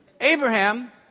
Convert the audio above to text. Abraham